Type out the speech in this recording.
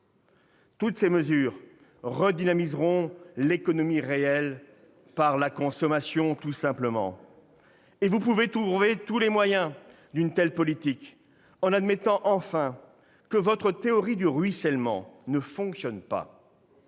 Toutes ces mesures redynamiseront l'économie réelle par la consommation, tout simplement. Vous pouvez trouver tous les moyens d'une telle politique en admettant, enfin, que votre théorie du ruissellement ne fonctionne pas.